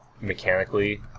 mechanically